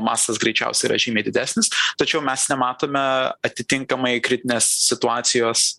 mastas greičiausia yra žymiai didesnis tačiau mes nematome atitinkamai kritinės situacijos